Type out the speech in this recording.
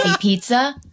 pizza